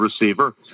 receiver